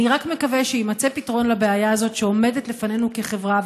אני רק מקווה שיימצא פתרון לבעיה הזאת שעומדת לפנינו כחברה,